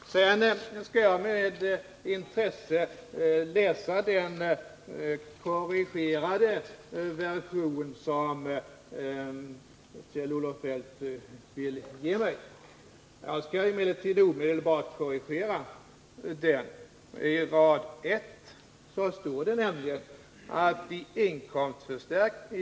Sedan skall jag med intresse läsa den korrigerade version som Kjell-Olof Feldt vill ge mig. Jag skall emellertid omedelbart själv göra en korrigering i detta sammanhang.